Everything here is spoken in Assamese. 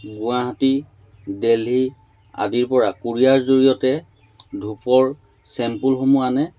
গুৱাহাটী দেলহি আদিৰ পৰা কোৰিয়াৰ জৰিয়তে ধূপৰ চেম্পুলসমূহ আনে